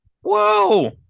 Whoa